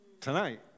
Tonight